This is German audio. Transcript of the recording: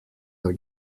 der